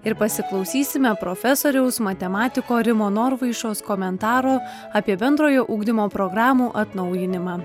ir pasiklausysime profesoriaus matematiko rimo norvaišos komentaro apie bendrojo ugdymo programų atnaujinimą